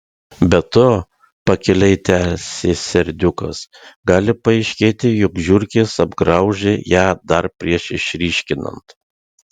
be to pakiliai tęsė serdiukas gali paaiškėti jog žiurkės apgraužė ją dar prieš išryškinant